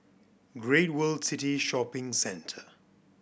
Great World City Shopping Centre